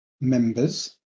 members